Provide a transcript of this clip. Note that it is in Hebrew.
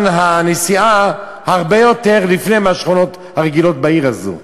הנסיעה הרבה לפני השכונות הרגילות בעיר הזו.